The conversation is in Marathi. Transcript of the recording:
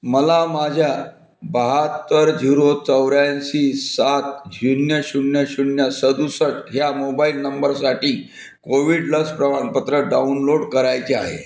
मला माझ्या बहात्तर झिरो चौऱ्याऐंशी सात शून्य शून्य शून्य सदुसष्ट ह्या मोबाईल नंबरसाठी कोविड लस प्रमाणपत्र डाउनलोड करायचे आहे